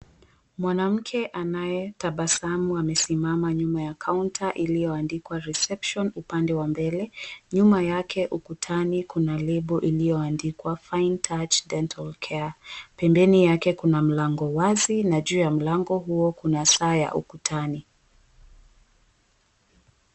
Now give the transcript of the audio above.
Mwanamke anaye tabasamu, amesimama nyuma ya kaunta iliyoandikwa reception upande wa mbele nyuma yake ukutani kuna label iliyoandikwa Fine Touch Dental Care. Pembeni yake kuna mlango wazi, na juu ya mlango huo kuna saa ya ukutani.